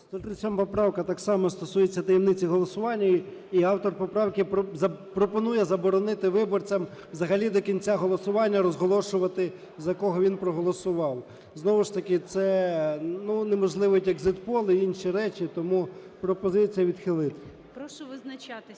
137 поправка так само стосується таємниці голосування. І автор поправки пропонує заборонити виборцям взагалі до кінця голосування розголошувати за кого він проголосував. Знову ж таки це, ну, унеможливить екзіт-поли, інші речі. Тому пропозиція відхилити. ГОЛОВУЮЧИЙ. Прошу визначатися.